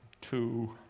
two